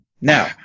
Now